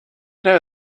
know